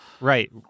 Right